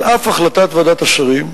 על אף החלטת ועדת השרים,